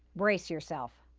brace yourself.